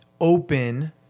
open